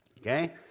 okay